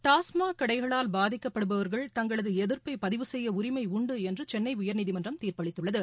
டாஸ்மாக் கடைகளால் பாதிக்கப்படுபவர்கள் தங்களது எதிர்ப்பை பதிவு செய்ய உரிமை உண்டு என்று சென்னை உயர்நீதிமன்றம் தீர்ப்பளித்துள்ளது